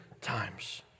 times